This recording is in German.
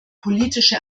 politische